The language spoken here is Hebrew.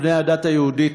בני הדת היהודית,